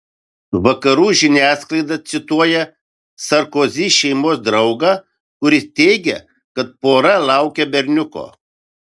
vakarų žiniasklaida cituoja sarkozy šeimos draugą kuris teigia kad pora laukia berniuko